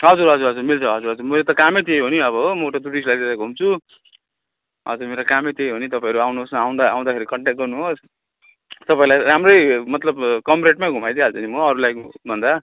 हजुर हजुर हजुर मिल्छ हजुर हजुर मेरो त कामै त्यही हो नि अब हो म त टुरिस्टलाई लिएर घुम्छु हजुर मेरो कामै त्यही हो नि तपाईँहरू आउनु होस् न आउँदा आउँदाखेरि कन्ट्याक्ट गर्नु होस् तपाईँलाई राम्रै मतलब कम रेटमै घुमाइदिहाल्छु नि म अरूलाई भन्दा